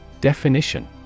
definition